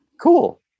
Cool